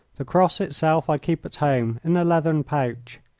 the cross itself i keep at home in a leathern pouch.